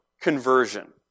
conversion